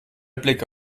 blicke